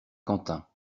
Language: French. quentin